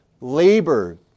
labor